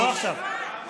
לא עכשיו,